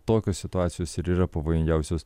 tokios situacijos ir yra pavojingiausios